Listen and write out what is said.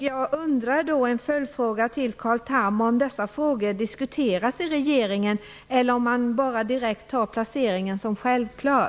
Jag vill ställa en följdfråga till Carl Tham: Diskuteras dessa frågor i regeringen, eller finner man placeringen bara vara självklar?